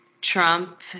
Trump